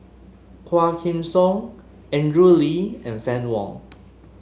Quah Kim Song Andrew Lee and Fann Wong